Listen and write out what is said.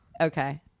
Okay